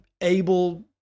able